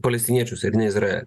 palestiniečius ir ne izraelį